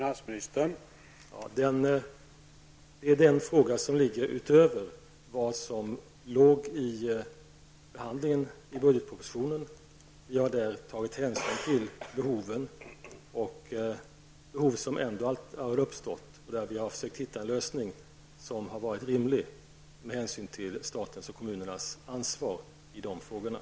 Herr talman! Den frågan ligger utöver vad som ingick i behandlingen av budgetpropositionen. Vi har när det gäller den frågan tagit hänsyn till behov som har uppstått, och vi har i den frågan försökt hitta en med hänsyn till statens och kommunernas ansvar rimlig lösning.